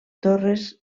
torres